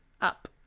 up